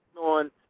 on